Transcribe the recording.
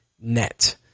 net